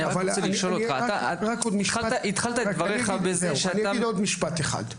אני רוצה לשאול אותך --- אני אגיד עוד משפט אחד.